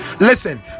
listen